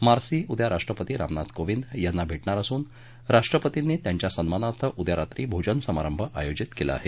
Marcy उद्या राष्ट्रपती रामनाथ कोविंद यांना भेटणार असून राष्ट्रपतींनी त्यांच्या सन्मानार्थ उद्या रात्री भोजन समारंभ आयोजित केला आहे